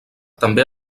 també